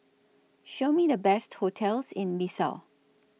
Show Me The Best hotels in Bissau